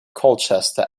colchester